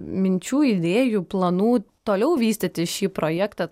minčių idėjų planų toliau vystyti šį projektą